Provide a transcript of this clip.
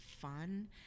fun